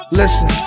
listen